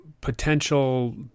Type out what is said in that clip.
potential